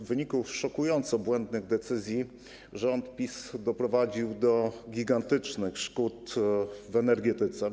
W wyniku szokująco błędnych decyzji rząd PiS doprowadził do gigantycznych szkód w energetyce.